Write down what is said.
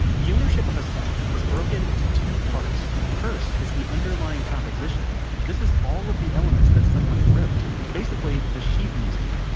the ownership of a song is broken down into two parts. first is the underlying composition this is all of the elements that someone wrote, basically the sheet music.